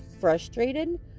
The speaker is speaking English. frustrated